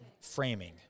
framing